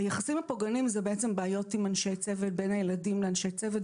היחסים הפוגעניים הם בעצם בעיות בין הילדים לאנשי צוות.